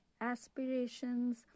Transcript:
aspirations